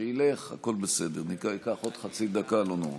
עוד חצי דקה, לא נורא,